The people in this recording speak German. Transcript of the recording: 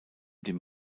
dem